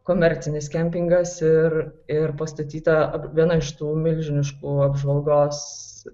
komercinis kempingas ir ir pastatyta viena iš tų milžiniškų apžvalgos